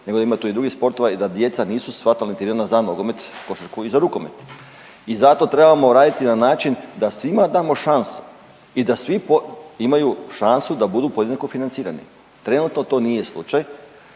nego da ima tu i drugih sportova i da djeca nisu sva talentirana za nogomet, košarku i za rukomet. I zato trebamo raditi na način da svima damo šansu i da svi imaju šansu da budu podjednako financirani. Trenutno to nije slučaj